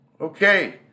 Okay